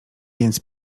więc